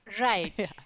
Right